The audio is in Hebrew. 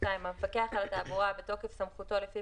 ישנן שכונות שנחשבות לאדומות